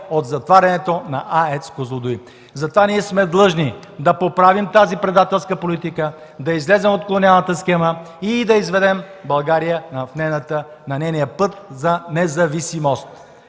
от затварянето на АЕЦ „Козлодуй”. Затова сме длъжни да поправим тази предателска политика, да излезем от колониалната схема и да изведем България на нейния път за независимост.